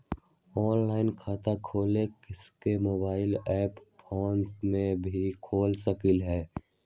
Online खाता खोले के मोबाइल ऐप फोन में भी खोल सकलहु ह?